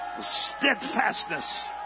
Steadfastness